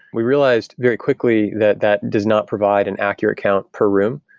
we realized very quickly that that does not provide an accurate count per room.